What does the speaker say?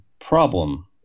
problem